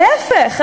להפך,